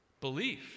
belief